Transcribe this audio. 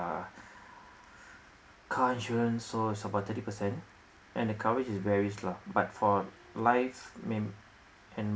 uh car insurance so it's about thirty percent and the coverage is varies lah but for life mem~ and